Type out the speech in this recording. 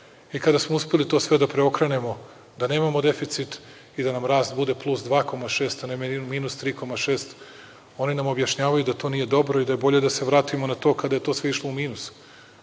Kada smo uspeli to sve da preokrenemo da nemamo deficit i da nam rast bude plus 2,6%, a ne minus 3,6% oni nam objašnjavaju da to nije dobro i da je bolje da se vratimo na to kada je to sve išlo u minus.